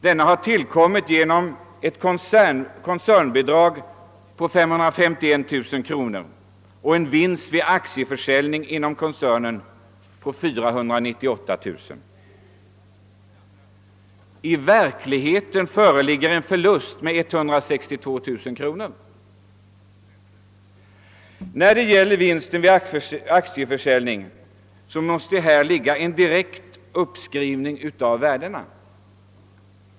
Denna har tillkommit genom ett koncernbidrag på 551 000 kronor och en vinst vid aktieförsäljning inom koncernen på 498 000. kronor. I verkligheten föreligger en förlust på 162 000 kronor. Vinsten vid aktieförsäljningen måste ha uppstått genom en direkt uppskrivning av värdena.